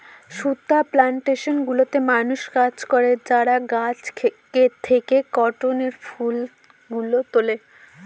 সুতা প্লানটেশন গুলোতে মানুষ কাজ করে যারা গাছ থেকে কটনের ফুল গুলো তুলে